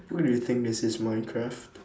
what do you think this is minecraft